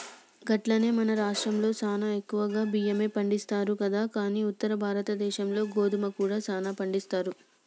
గట్లనే మన రాష్ట్రంలో సానా ఎక్కువగా బియ్యమే పండిస్తారు కదా కానీ ఉత్తర భారతదేశంలో గోధుమ కూడా సానా పండిస్తారు